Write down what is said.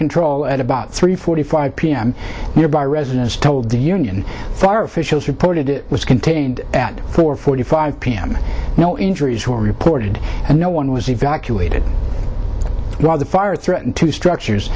control at about three forty five p m nearby residents told the union fire officials reported it was contained at four forty five p m no injuries were reported and no one was evacuated while the fire threatened two structures